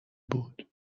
بود